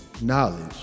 Knowledge